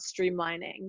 streamlining